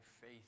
faith